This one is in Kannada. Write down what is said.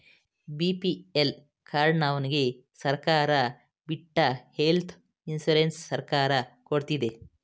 ಬಿ.ಪಿ.ಎಲ್ ಕಾರ್ಡನವರ್ಗೆ ಸರ್ಕಾರ ಬಿಟ್ಟಿ ಹೆಲ್ತ್ ಇನ್ಸೂರೆನ್ಸ್ ಸರ್ಕಾರ ಕೊಡ್ತಿದೆ